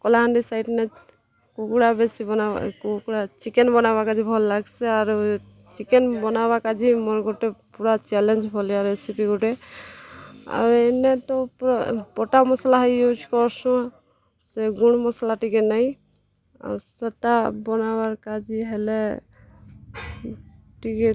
କଲାହାଣ୍ଡି ସାଇଟ୍ନେ କୁକୁଡ଼ା ବେଶୀ ବନାବାର୍ ଏ କୁକୁଡ଼ା ଚିକେନ୍ ବନାବାକାଜି ଭଲ୍ ଲାଗ୍ସି ଆରୁ ଚିକେନ୍ ବନାବା କାଜେ ମୋର୍ ଗୁଟେ ପୂରା ଚେଲେଞ୍ଜ୍ ଭଲିଆ ରେସିପି ଗୁଟେ ଆଉ ଇନେ ତ ପୂରା ବଟା ମସ୍ଲା ହେଇ ୟୁଜ୍ କର୍ସୁଁ ସେ ଗୁଣ୍ ମସ୍ଲା ଟିକେ ନାଇଁ ଆଉ ସେଟା ବନାବାର୍ କାଜି ହେଲେ ଟିକେ